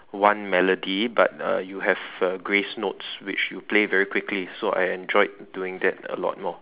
one Melody but uh you have uh Grace notes which you play very quickly so I enjoyed doing that a lot more